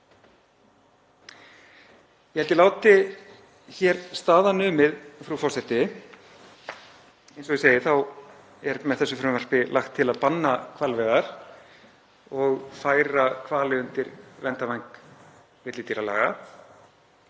Ég held ég láti hér staðar numið, frú forseti. Eins og ég segi er með þessu frumvarpi lagt til að banna hvalveiðar og færa hvali undir verndarvæng villidýralaga,